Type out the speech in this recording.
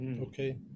Okay